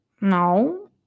no